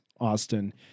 Austin